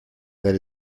that